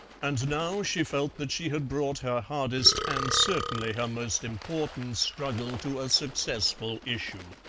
and now she felt that she had brought her hardest and certainly her most important struggle to a successful issue.